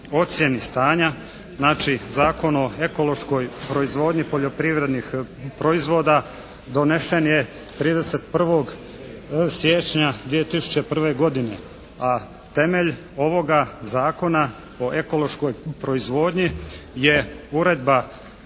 ocjeni stanja, znači Zakon o ekološkoj proizvodnji poljoprivrednih proizvoda donesen je 31. siječnja 2001. godine, a temelj ovoga Zakona o ekološkoj proizvodnji je uredba